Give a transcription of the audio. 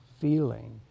feeling